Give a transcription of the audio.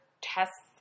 tests